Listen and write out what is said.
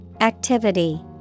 Activity